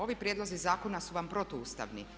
Ovi prijedlozi zakona su vam protuustavni.